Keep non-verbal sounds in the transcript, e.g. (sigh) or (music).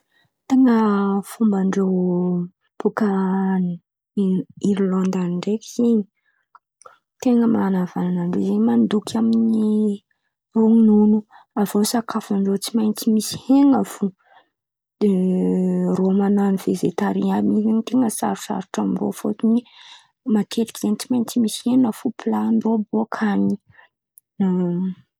Ten̈a fomban-drô bôka Irlandy an̈y ndraiky zen̈y! Ten̈a man̈avanan̈a rô zen̈y mandoky amin'ny ronono. Aviô sakafo ndrô tsy maintsy misy hena fo. De rô man̈ano vegetariain ten̈a sarosarotrô am-drô. Fotony tsy maintsy misy hena fo pla-ndrô bôka an̈y. (laughs)